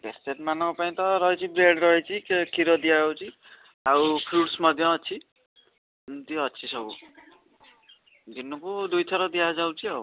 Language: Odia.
ପେସେଣ୍ଟ ମାନଙ୍କ ପାଇଁ ତ ରହିଛି ବେଡ଼୍ ରହିଛି କେକ୍ କ୍ଷୀର ଦିଆହେଉଛି ଆଉ ଫ୍ରୁଟ୍ସ ମଧ୍ୟ ଅଛି ଏମିତି ଅଛି ସବୁ ଦିନକୁ ଦୁଇ ଥର ଦିଆଯାଉଛି ଆଉ